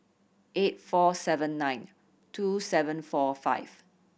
eight four seven nine two seven four five